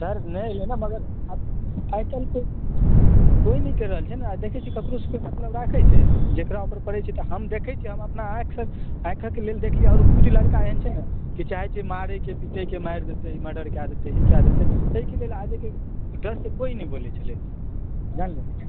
sir नहि एलै ने मगर आइ काल्हि के कोइ नहि कहि रहल छै ने देखै छियै आब कोइ ककरो सॅं मतलब राखै छै जेकरा पर पड़ै छै तऽ हम देखै छियै हम अपना आँखि सॅं आँखिक लेल देखलियै ने आ किछु लड़का एहन छै ने जे सोचै छै मारै के पीटै के मारि देतै ई कय देतै मडर कय देतै तै के लेल आब जे छै गेंग तऽ बनि गेल छलै जानलियै